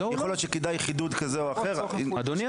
יכול להיות שכדאי חידוד כזה או אחר --- לא,